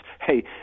Hey